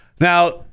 now